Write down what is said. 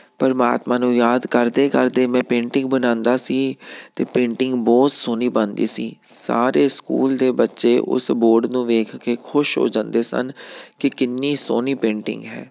ਪਰਮਾਤਮਾ ਨੂੰ ਯਾਦ ਕਰਦੇ ਕਰਦੇ ਮੈਂ ਪੇਂਟਿੰਗ ਬਣਾਉਂਦਾ ਸੀ ਅਤੇ ਪੇਂਟਿੰਗ ਬਹੁਤ ਸੋਹਣੀ ਬਣਦੀ ਸੀ ਸਾਰੇ ਸਕੂਲ ਦੇ ਬੱਚੇ ਉਸ ਬੋਰਡ ਨੂੰ ਵੇਖ ਕੇ ਖੁਸ਼ ਹੋ ਜਾਂਦੇ ਸਨ ਕਿ ਕਿੰਨੀ ਸੋਹਣੀ ਪੇਂਟਿੰਗ ਹੈ